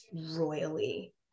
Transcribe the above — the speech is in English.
royally